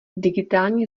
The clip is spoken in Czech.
digitální